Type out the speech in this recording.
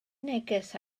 neges